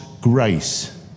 grace